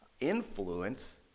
influence